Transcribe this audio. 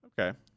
Okay